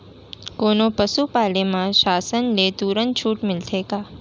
कोनो पसु पाले म शासन ले तुरंत छूट मिलथे का?